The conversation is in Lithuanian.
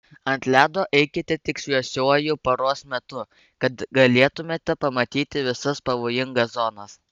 ant ledo eikite tik šviesiuoju paros metu kad galėtumėte pamatyti visas pavojingas zonas